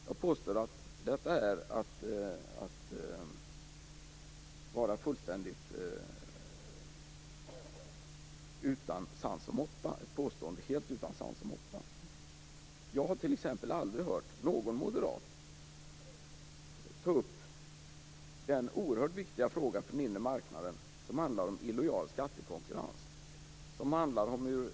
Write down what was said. Jag anser att detta är ett påstående helt utan sans och måtta. Jag har t.ex. aldrig hört någon moderat ta upp den oerhört viktiga fråga för inre marknaden som handlar om illojal skattekonkurrens.